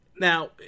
Now